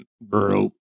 bro